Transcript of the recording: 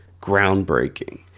groundbreaking